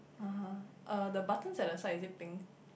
(uh huh) uh the button at the side is it pink